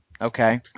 okay